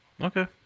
Okay